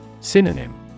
Synonym